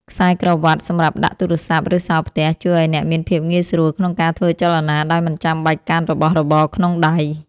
ខ្សែក្រវាត់សម្រាប់ដាក់ទូរសព្ទ ឬសោផ្ទះ ជួយឱ្យអ្នកមានភាពងាយស្រួលក្នុងការធ្វើចលនាដោយមិនចាំបាច់កាន់របស់របរក្នុងដៃ។